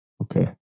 okay